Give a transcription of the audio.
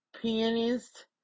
pianist